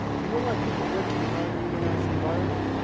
you know why people work in a non-unionized environment?